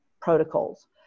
protocols